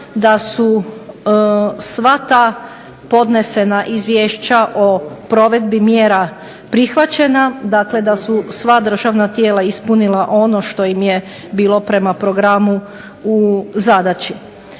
da su sva ta podnesena izvješća o provedbi mjera prihvaćena. Dakle, da su sva državna tijela ispunilo ono što im je bilo prema programu u zadaći.